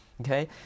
okay